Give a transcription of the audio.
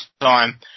time